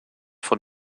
von